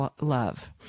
love